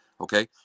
Okay